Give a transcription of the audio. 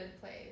place